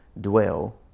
dwell